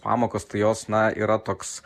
pamokos tai jos na yra toks